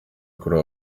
kuri